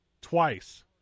Twice